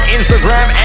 Instagram